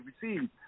received